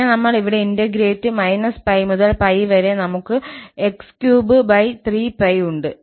പിന്നെ നമ്മൾ ഇവിടെ ഇന്റഗ്രേറ്റ് 𝜋 മുതൽ 𝜋 വരെ നമുക് 𝑥33𝜋 ഉണ്ട്